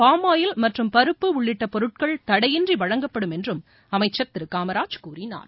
palm oil மற்றும் பருப்பு உள்ளிட்ட பொருட்கள் தடையின்றி வழங்கப்படும் என்றும் அமைச்சர் காமராஜ் கூறினார்